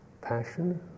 Passion